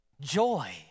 Joy